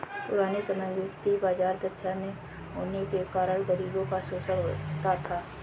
पुराने समय में वित्तीय बाजार दक्षता न होने के कारण गरीबों का शोषण होता था